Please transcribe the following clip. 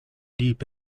deep